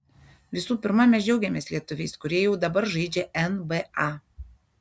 visų pirma mes džiaugiamės lietuviais kurie jau dabar žaidžia nba